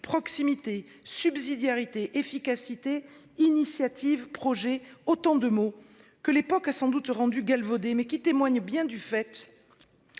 proximité, subsidiarité, efficacité, initiative, projet, autant de mots que l'époque a sans doute galvaudés, mais qui témoignent bien du fait